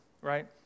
right